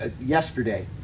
yesterday